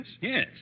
Yes